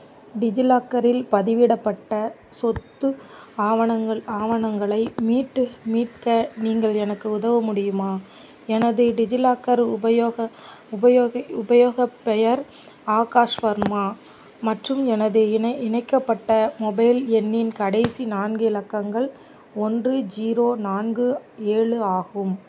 டிஜிலாக்கரில் பதிவிடப்பட்ட சொத்து ஆவணங்கள் ஆவணங்களை மீட்டு மீட்க நீங்கள் எனக்கு உதவ முடியுமா எனது டிஜிலாக்கர் உபயோக உபயோக உபயோக பெயர் ஆகாஷ் வர்மா மற்றும் எனது இணை இணைக்கப்பட்ட மொபைல் எண்ணின் கடைசி நான்கு இலக்கங்கள் ஒன்று ஜீரோ நான்கு ஏழு ஆகும்